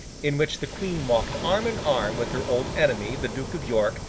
in which the queen walked arm-in-arm with her old enemy, the duke of york,